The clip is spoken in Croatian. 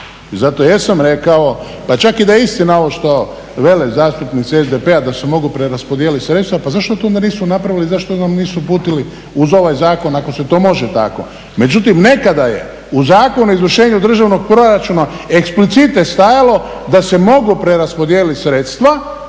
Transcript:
zato jesam rekao pa čak i da je istina ovo što vele zastupnici SDP-a da se mogu preraspodijeliti sredstva, pa zašto to onda nisu napravili i zašto nam nisu uputili uz ovaj zakon ako se to može tako. Međutim nekada je u Zakonu o izvršenju državnog proračuna eksplicite stajalo da se mogu preraspodijeliti sredstva